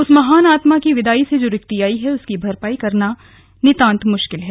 उस महान आत्मा की विदाई से जो रिक्ति आई है उसकी भरपाई कर पाना नितान्त मुश्किल है